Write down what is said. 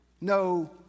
No